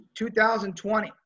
2020